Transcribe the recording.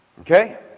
okay